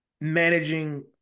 managing